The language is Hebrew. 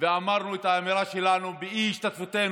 ואמרנו את האמירה שלנו באי-השתתפותנו